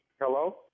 Hello